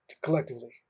collectively